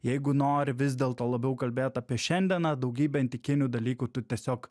jeigu nori vis dėlto labiau kalbėt apie šiandieną daugybę antikinių dalykų tu tiesiog